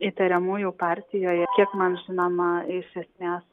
įtariamųjų partijoje kiek man žinoma iš esmės